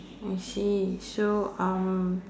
I see so uh